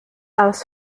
als